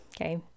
Okay